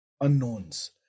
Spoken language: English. unknowns